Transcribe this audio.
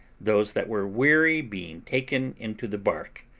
those that were weary being taken into the bark.